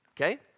okay